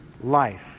life